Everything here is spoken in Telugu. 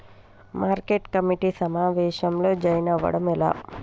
మార్కెట్ కమిటీ సమావేశంలో జాయిన్ అవ్వడం ఎలా?